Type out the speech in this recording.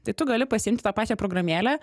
tai tu gali pasiimti tą pačią programėlę